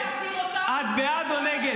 אני בעד להחזיר אותם -- את בעד או נגד?